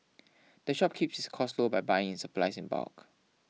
the shop keeps its costs low by buying its supplies in bulk